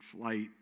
flight